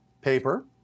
paper